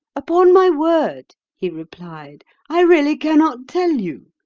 upon my word he replied, i really cannot tell you.